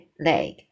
leg